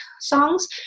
songs